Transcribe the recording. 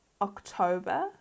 October